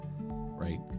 right